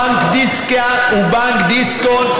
בנק דקסיה ובנק דיסקונט,